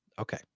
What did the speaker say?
Okay